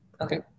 Okay